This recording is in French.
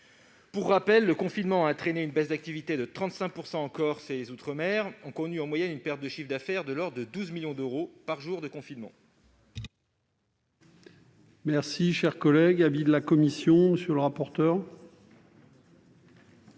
Pour rappel, le confinement a entraîné une baisse d'activité de 35 % en Corse et les outre-mer ont connu, en moyenne, une perte de chiffre d'affaires de l'ordre de 12 millions d'euros par jour de confinement.